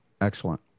Excellent